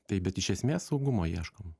taip bet iš esmės saugumo ieškom